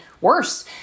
worse